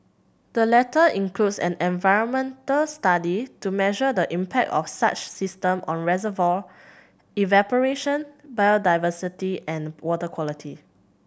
the latter includes an environmental study to measure the impact of such systems on reservoir evaporation biodiversity and water quality